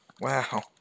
wow